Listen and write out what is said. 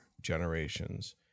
generations